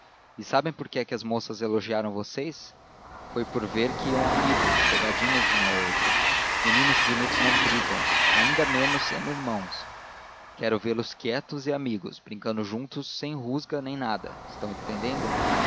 e sabem por que é que as moças elogiaram vocês foi por ver que iam amigos chegadinhos um ao outro meninos bonitos não brigam ainda menos sendo irmãos quero vê-los quietos e amigos brincando juntos sem rusga nem nada estão entendendo